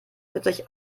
plötzlich